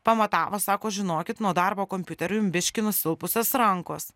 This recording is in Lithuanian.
pamatavo sako žinokit nuo darbo kompiuteriu jum biški nusilpusios rankos